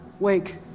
Wake